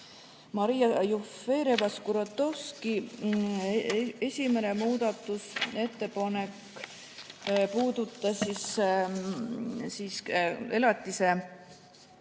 Maria Jufereva-Skuratovski esimene muudatusettepanek puudutas elatise